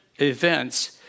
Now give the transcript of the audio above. events